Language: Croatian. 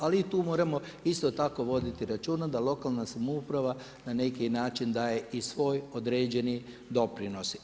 Ali tu moramo isto tako voditi računa da lokalna samouprava na neki način daje i svoj određeni doprinos.